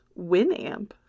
Winamp